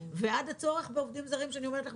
ועד הצורך בעובדים זרים שאני אומרת לך,